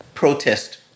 protest